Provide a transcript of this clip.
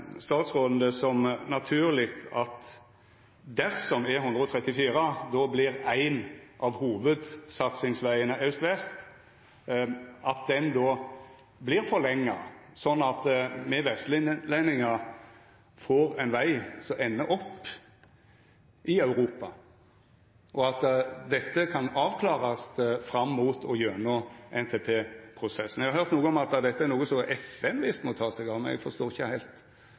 statsråden det som naturleg dersom E134 vert ein av hovudsatsingsvegane aust–vest, at den vert forlengt, slik at me vestlendingar får ein veg som endar opp i Europa, og at dette kan avklarast fram mot og gjennom NTP-prosessen? Eg har høyrt noko om at dette er noko som FN visst må ta seg av. Eg forstår ikkje heilt